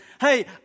hey